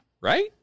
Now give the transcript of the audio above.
right